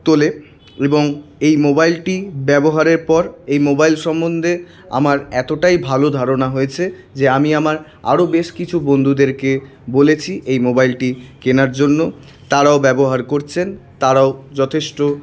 তোলে এবং এই মোবাইলটি ব্যবহারের পর এই মোবাইল সম্বন্ধে আমার এতটাই ভালো ধারণা হয়েছে যে আমি আমার আরো বেশ কিছু বন্ধুদেরকে বলেছি এই মোবাইলটি কেনার জন্য তারাও ব্যবহার করছেন তারাও যথেষ্ট